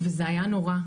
וזה היה נורא,